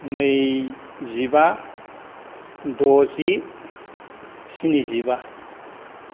नैजिबा द'जि स्निजिबा